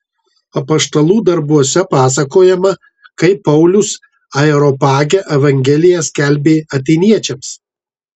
apaštalų darbuose pasakojama kaip paulius areopage evangeliją skelbė atėniečiams